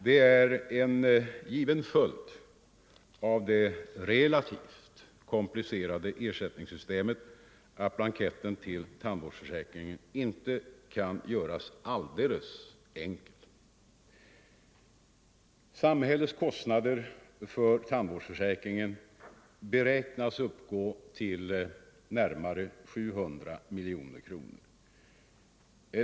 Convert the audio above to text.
Det är en given följd av det relativt komplicerade ersättningssystemet att blanketten till tandvårdsförsäkringen inte kan göras alldeles enkel. Samhällets kostnader för tandvårdsförsäkringen beräknas uppgå till närmare 700 miljoner kronor.